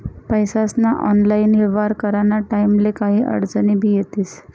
पैसास्ना ऑनलाईन येव्हार कराना टाईमले काही आडचनी भी येतीस